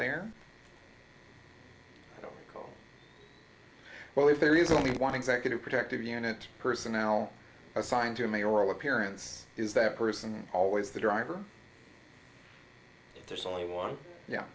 there well if there is only one executive protective unit personnel assigned to me or appearance is that person always the driver there's only one yeah